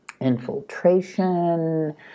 infiltration